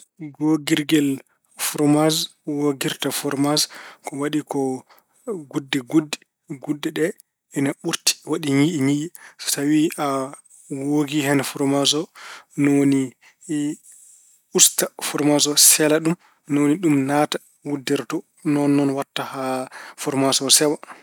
Googirgel foromaaj, woogirta foromaaj ko waɗi ko gudde gudde. Gudde ɗe, ina ɓurti, waɗi ñiiƴe ñiiƴe. So tawi a woogi hen foromaaj o, ni woni usta foromaaj o, seela ɗum. Ni woni ɗum naata e wuddere to, noon noon waɗta haa foromaaj o sewa.